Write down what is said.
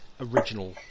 original